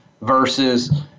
versus